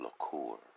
LaCour